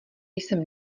jsem